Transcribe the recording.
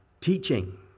teaching